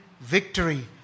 victory